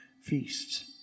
feasts